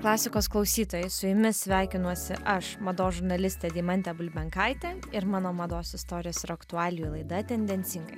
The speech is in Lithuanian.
klasikos klausytojai su jumis sveikinuosi aš mados žurnalistė deimantė bulbenkaitė ir mano mados istorijos ir aktualijų laida tendencingai